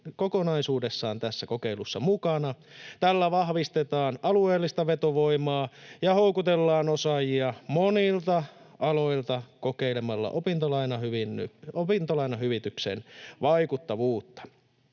kokonaisuudessaan tässä kokeilussa mukana. Tällä vahvistetaan alueellista vetovoimaa ja houkutellaan osaajia monilta aloilta kokeilemalla opintolainahyvityksen vaikuttavuutta.